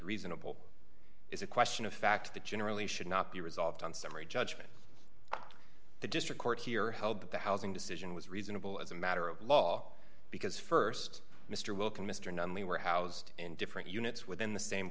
reasonable is a question of fact that generally should not be resolved on summary judgment the district court here held that the housing decision was reasonable as a matter of law because st mr welcome mr nunn we were housed in different units within the same